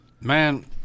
Man